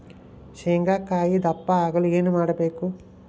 ಶೇಂಗಾಕಾಯಿ ದಪ್ಪ ಆಗಲು ಏನು ಮಾಡಬೇಕು?